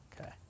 okay